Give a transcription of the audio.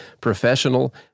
professional